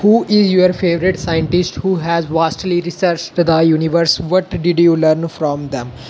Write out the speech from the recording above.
who is your favourite scientist who has vastly researched the universe but did you learn from them